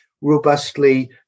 robustly